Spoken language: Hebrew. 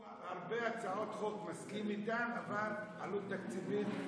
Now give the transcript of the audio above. יש הרבה הצעות חוק שאני מסכים איתן אבל עלות תקציבית,